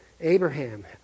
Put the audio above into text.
Abraham